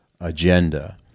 agenda